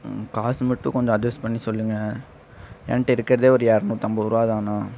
காசு மட்டும் கொஞ்சம் அட்ஜஸ் பண்ணி சொல்லுங்கள் என்கிட்ட இருக்கிறதே ஒரு இருநூத்தம்பது ரூபாதாண்ணா